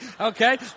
Okay